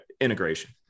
integration